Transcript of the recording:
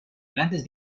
grandes